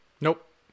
Nope